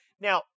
Now